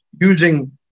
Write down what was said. using